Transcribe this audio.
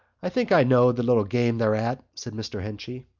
i think i know the little game they're at, said mr. henchy.